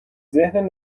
ذهن